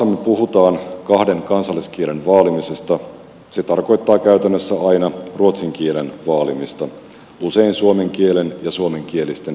kun maassamme puhutaan kahden kansalliskielen vaalimisesta se tarkoittaa käytännössä aina ruotsin kielen vaalimista usein suomen kielen ja suomenkielisten kustannuksella